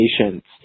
patients